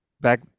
back